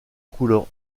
couleur